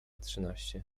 trzynaście